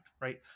right